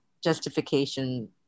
justification